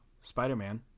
Spider-Man